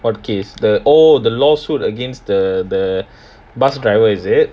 what case the oh the law suit against th~ the bus driver is it